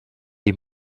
est